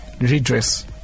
redress